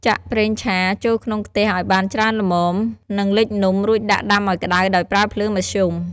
ចាក់ ប្រេងឆា ចូលក្នុងខ្ទះឱ្យបានច្រើនល្មម និងលិចនំ រួចដាក់ដាំឱ្យក្ដៅដោយប្រើភ្លើងមធ្យម។